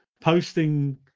posting